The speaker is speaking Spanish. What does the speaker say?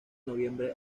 noviembre